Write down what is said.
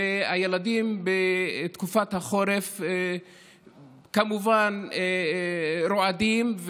ובתקופת החורף הילדים כמובן רועדים,